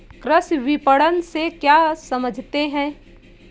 कृषि विपणन से क्या समझते हैं?